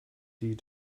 die